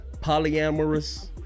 polyamorous